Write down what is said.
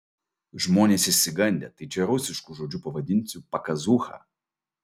žmonės išsigandę tai čia rusišku žodžiu pavadinsiu pakazūcha